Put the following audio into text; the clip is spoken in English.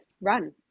run